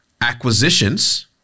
acquisitions